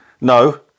No